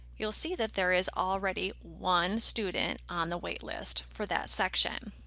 you'll see that there is already one student on the waitlist for that section.